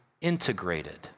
integrated